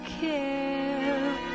care